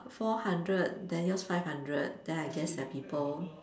four hundred then yours five hundred then I guess there are people